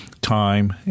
time